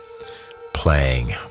playing